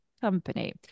Company